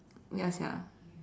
ya sia